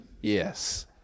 yes